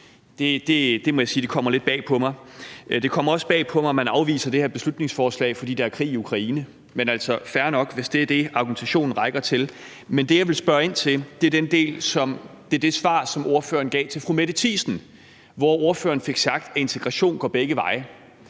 kommer lidt bag på mig, må jeg sige. Det kommer også bag på mig, at man afviser det her beslutningsforslag, fordi der er krig i Ukraine. Men altså, det er fair nok, hvis det er det, argumentationen rækker til. Men det, jeg vil spørge ind til, er det svar, som ordføreren gav til fru Mette Thiesen, hvor ordføreren fik sagt, at integrationen går begge veje.